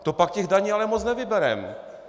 To pak těch daní ale moc nevybereme!